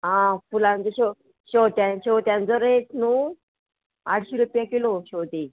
आ फुलांचो शेव शेवत्या शेवत्यांचो रेट न्हू आठशी रुपया किलो शेवती